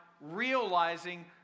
realizing